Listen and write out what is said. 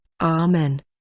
Amen